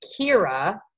Kira